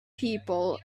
people